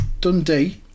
Dundee